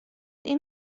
این